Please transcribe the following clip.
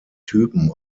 typen